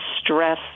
stress